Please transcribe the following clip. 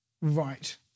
Right